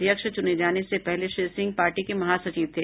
अध्यक्ष चूने जाने के पहले श्री सिंह पार्टी के महासचिव थे